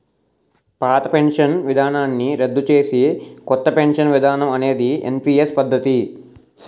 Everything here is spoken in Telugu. పాత పెన్షన్ విధానాన్ని రద్దు చేసి కొత్త పెన్షన్ విధానం అనేది ఎన్పీఎస్ పద్ధతి